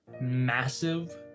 massive